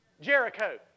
Jericho